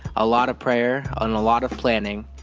a lot of prayer and a lot of planning,